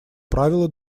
правила